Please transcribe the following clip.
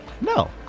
no